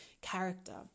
character